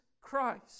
Christ